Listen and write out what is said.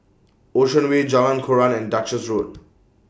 Ocean Way Jalan Koran and Duchess Road